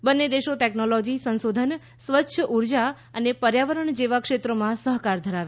બંને દેશો ટેકનોલોજી સંશોધન સ્વચ્છ ઉર્જા અને પર્યાવરણ જેવા ક્ષેત્રોમાં સહકાર ધરાવે છે